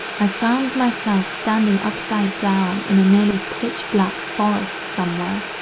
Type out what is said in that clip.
i found myself standing upside down in a nearly pitch black forest somewhere.